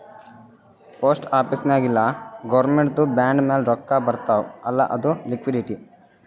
post office ನಾಗ್ ಇಲ್ಲ ಗೌರ್ಮೆಂಟ್ದು ಬಾಂಡ್ ಮ್ಯಾಲ ರೊಕ್ಕಾ ಬರ್ತಾವ್ ಅಲ್ಲ ಅದು ಲಿಕ್ವಿಡಿಟಿ